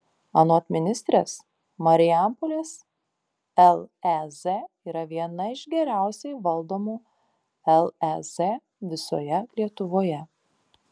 anot ministrės marijampolės lez yra viena iš geriausiai valdomų lez visoje lietuvoje